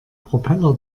propeller